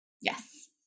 Yes